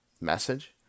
message